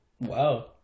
Wow